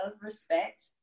respect